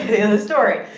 in the story.